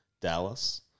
Dallas